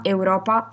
Europa